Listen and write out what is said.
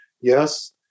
Yes